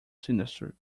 sinister